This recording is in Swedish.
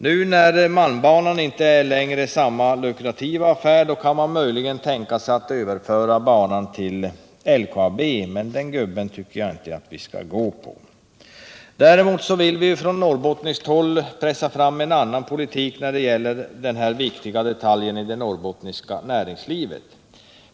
När malmbanan nu inte längre är samma lukrativa affär kan man möjligen tänka sig att överföra banan till LKAB, men jag tycker inte att den gubben skall gå. Däremot vill vi från Norrbotten pressa fram en annan politik när det gäller denna viktiga detalj i det norrbottniska näringslivet.